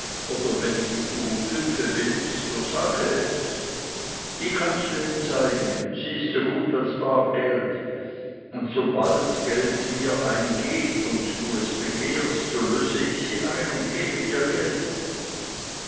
oder wenn du fünfe willst so sage es die kannst du ihm zeigen sie ist so gut als bar geld und sobald mir geld eingeht und du es begehrst so löse ich sie ein und gebe dir geld